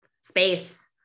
space